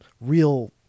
real